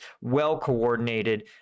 well-coordinated